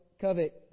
covet